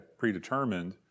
predetermined